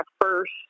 first